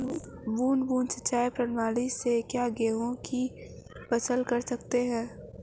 बूंद बूंद सिंचाई प्रणाली से क्या गेहूँ की फसल कर सकते हैं?